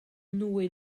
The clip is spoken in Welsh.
nwy